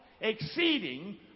exceeding